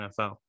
NFL